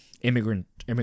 immigrant